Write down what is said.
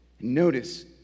Notice